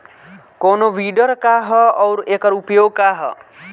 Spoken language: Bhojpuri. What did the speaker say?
कोनो विडर का ह अउर एकर उपयोग का ह?